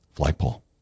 flagpole